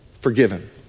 Forgiven